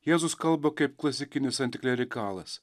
jėzus kalba kaip klasikinis antiklerikalas